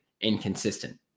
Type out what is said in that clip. inconsistent